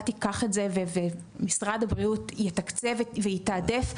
תיקח את זה ומשרד הבריאות יתקצב ויתעדף.